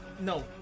No